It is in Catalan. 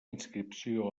inscripció